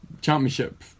championship